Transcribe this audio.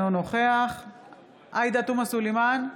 אינו נוכח עאידה תומא סלימאן,